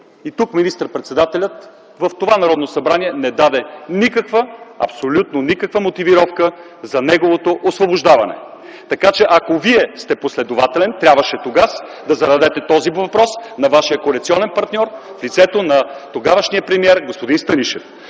Тук министър-председателят в това Народно събрание не даде никаква, абсолютно никаква мотивировка за неговото освобождаване, така че ако Вие сте последователен, трябваше тогаз да зададете този въпрос на вашия коалиционен партньор в лицето на тогавашния премиер господин Станишев.